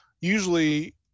usually